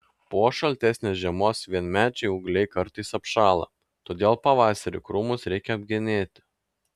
po šaltesnės žiemos vienmečiai ūgliai kartais apšąla todėl pavasarį krūmus reikia apgenėti